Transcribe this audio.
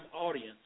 audience